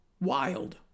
wild